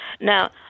Now